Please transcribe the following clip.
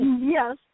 Yes